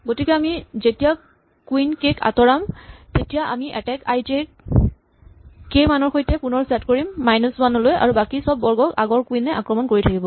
গতিকে আমি যেতিয়া কুইন কে ক আঁতৰাম তেতিয়া আমি এটেক আই জে ক কে মানৰ সৈতে পুণৰ ছেট কৰিম মাইনাচ ৱান লৈ আৰু বাকী চব বৰ্গক আগৰ কুইন এ আক্ৰমণ কৰি থাকিব